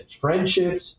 friendships